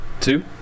two